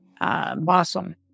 Awesome